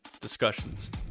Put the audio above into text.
discussions